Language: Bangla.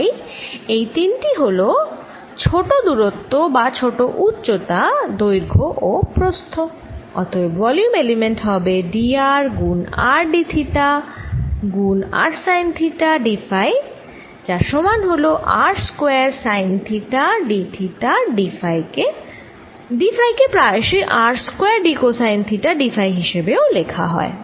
তাই এই তিনটি হল ছোট দুরত্ব বা ছোট উচ্চতা দৈর্ঘ্য ও প্রস্থ অতএব ভলিউম এলিমেন্ট হবে d r গুণ r dথিটা গুণ r sine theta d phi যার সমান হল r square sine theta d theta d phi কে প্রায়শই r square d cosine theta d phi হিসেবেও লেখা হয়